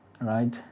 Right